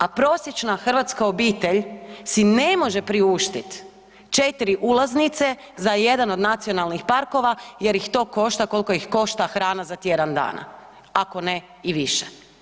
A prosječna hrvatska obitelj si ne može priuštit 4 ulaznice za jedan od nacionalnih parkova jer ih to košta koliko ih košta hrana za tjedan dana, ako ne i više.